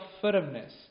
firmness